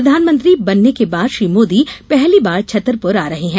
प्रधानमंत्री बनने के बाद श्री मोदी पहली बार छतरप्र आ रहे हैं